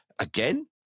Again